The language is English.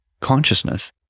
consciousness